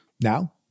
Now